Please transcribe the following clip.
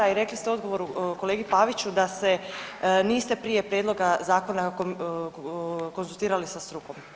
A i rekli ste u odgovoru kolegi Paviću da se niste prije prijedloga zakona konzultirali sa strukom.